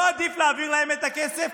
לא עדיף להעביר להם את הכסף?